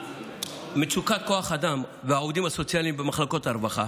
מצוקת כוח האדם והעובדים הסוציאליים במחלקות הרווחה.